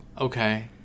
okay